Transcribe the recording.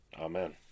Amen